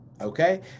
Okay